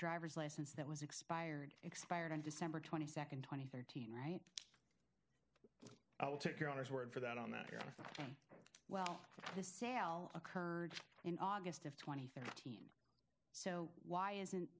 driver's license that was expired expired on december twenty second twenty thirteen right i'll take your honour's word for that on that here well the sale occurred in august of twenty three so why isn't